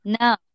No